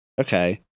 okay